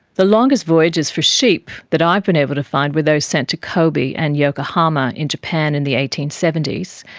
the longest voyages for sheep that i've been able to find were those sent to kobe and yokohama in japan in the eighteen seventy s.